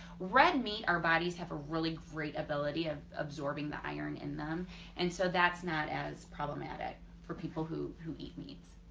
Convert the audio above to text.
red meat our bodies have a really great ability of absorbing the iron in them and so that's not as problematic for people who who eat meat.